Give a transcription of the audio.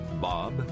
Bob